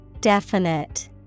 Definite